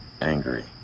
angry